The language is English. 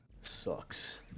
Sucks